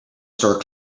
store